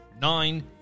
nine